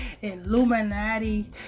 Illuminati